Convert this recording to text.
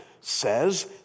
says